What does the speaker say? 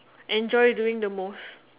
enjoy doing the most